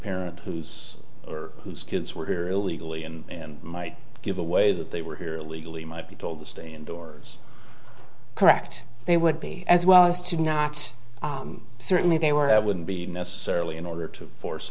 parent who's whose kids were here illegally and might give away that they were here illegally might be told to stay indoors correct they would be as well as to not certainly they were i wouldn't be necessarily in order to force